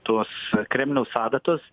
tos kremliaus adatos